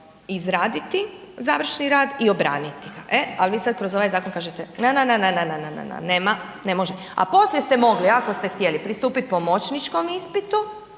izraditi završni rad i obraniti, e ali vi sad kroz ovaj zakon kažete, ne, ne, ne, ne, nema, ne može a poslije ste mogli ako ste htjeli, pristupit pomoćničkom ispitu